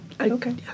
Okay